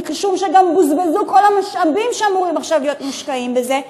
משום שגם בוזבזו כל המשאבים שאמורים עכשיו להיות מושקעים בזה,